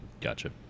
Gotcha